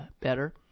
better